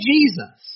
Jesus